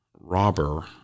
robber